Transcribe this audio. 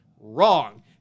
Wrong